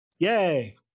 Yay